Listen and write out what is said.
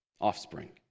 offspring